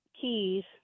Keys